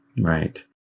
Right